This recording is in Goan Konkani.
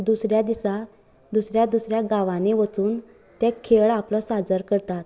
दुसऱ्या दिसा दुसऱ्या दुसऱ्या गांवांनी वचून ते खेळ आपलो साजर करतात